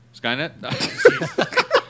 Skynet